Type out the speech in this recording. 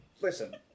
Listen